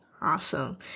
Awesome